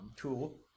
cool